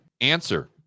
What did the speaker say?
Answer